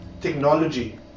technology